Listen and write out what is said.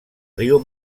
riu